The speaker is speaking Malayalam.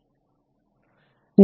ആദ്യം അത് മായ്ക്കാം